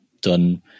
done